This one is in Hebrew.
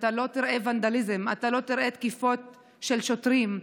אתה לא תראה ונדליזם ואתה לא תראה תקיפות של שוטרים.